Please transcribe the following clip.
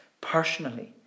personally